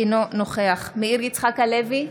אינו נוכח מאיר יצחק הלוי,